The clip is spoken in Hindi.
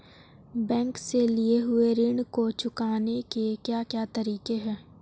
बैंक से लिए हुए ऋण को चुकाने के क्या क्या तरीके हैं?